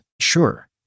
Sure